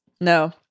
No